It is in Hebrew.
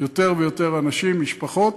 יותר ויותר אנשים, משפחות,